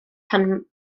pan